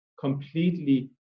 completely